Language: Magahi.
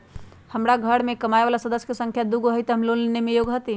हमार घर मैं कमाए वाला सदस्य की संख्या दुगो हाई त हम लोन लेने में योग्य हती?